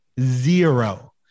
zero